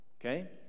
Okay